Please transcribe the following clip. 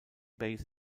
base